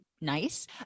nice